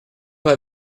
pas